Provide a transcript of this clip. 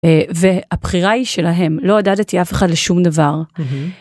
והבחירה היא שלהם לא עודדתי אף אחד לשום דבר.